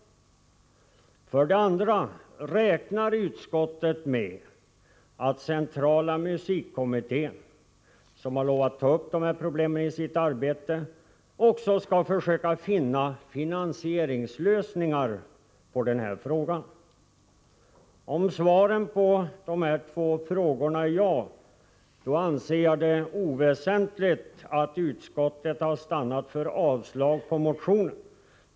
För det andra: Räknar utskottet med att centrala musikkommittén, som har lovat ta upp dessa problem i sitt arbete, också skall försöka finna finansieringslösningar på denna fråga? Om svaret på dessa frågor är ja, så anser jag att det är oväsentligt att utskottet har stannat för avslag på motionen.